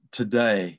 today